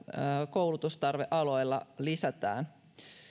koulutustarvealoilla lisätään